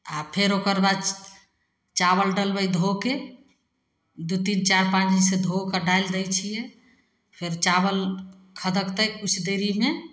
आओर फेर ओकर बाद चावल डालबै धोके दुइ तीन चारि पानीसे धोके डालि दै छिए फेर चावल खदकतै किछु देरीमे